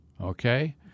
okay